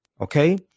Okay